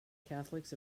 catholics